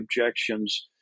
objections